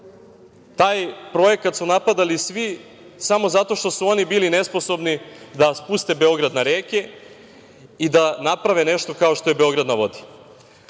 Taj projekat su napadali svi samo zato što su oni bili nesposobni da spuste Beograd na reke i da naprave nešto kao što je „Beograd na vodi“.Da